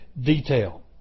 detail